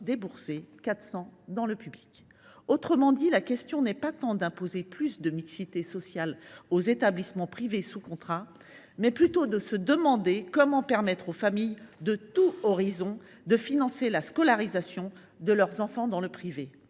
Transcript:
euros dans le public. En d’autres termes, il s’agit non pas tant d’imposer plus de mixité sociale aux établissements privés sous contrat que de se demander comment permettre aux familles de tous horizons de financer la scolarisation de leurs enfants dans le privé.